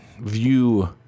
view